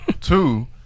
Two